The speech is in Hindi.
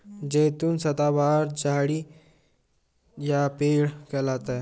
जैतून सदाबहार झाड़ी या पेड़ कहलाता है